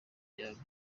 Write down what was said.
byaba